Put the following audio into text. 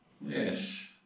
Yes